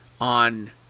on